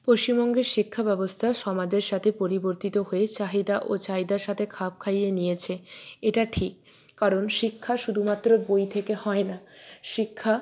পশ্চিমবঙ্গের শিক্ষা ব্যবস্থা সমাজের সাথে পরিবর্তিত হয়ে চাহিদা ও চাহিদার সাথে খাপ খাইয়ে নিয়েছে এটা ঠিক কারণ শিক্ষা শুধুমাত্র বই থেকে হয় না শিক্ষা